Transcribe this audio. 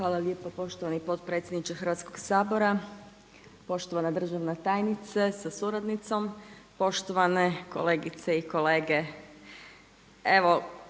Marija (HDZ)** Poštovani potpredsjedniče Hrvatskog sabora, državni tajniče sa suradnicama, poštovane kolegice i kolege